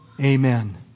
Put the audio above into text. Amen